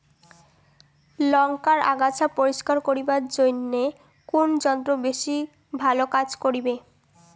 লংকার আগাছা পরিস্কার করিবার জইন্যে কুন যন্ত্র বেশি ভালো কাজ করিবে?